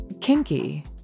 kinky